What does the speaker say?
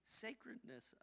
sacredness